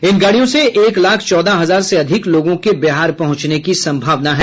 इन गाड़ियों से एक लाख चौदह हजार से अधिक लोगों के बिहार पहुंचने की संभावना है